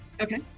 Okay